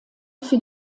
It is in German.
für